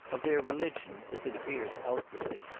of their religion, as it appears outwardly,